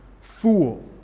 Fool